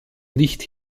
nicht